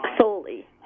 solely